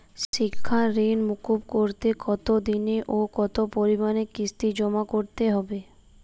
শিক্ষার ঋণ মুকুব করতে কতোদিনে ও কতো পরিমাণে কিস্তি জমা করতে হবে?